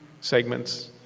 segments